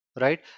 right